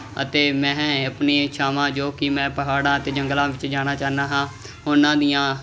ਅਤੇ ਮੈਂ ਆਪਣੀ ਇੱਛਾਵਾਂ ਜੋ ਕਿ ਮੈਂ ਪਹਾੜਾਂ ਤੇ ਜੰਗਲਾਂ ਵਿੱਚ ਜਾਣਾ ਚਾਹੁੰਦਾ ਹਾਂ ਉਨਾਂ ਦੀਆਂ